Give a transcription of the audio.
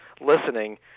listening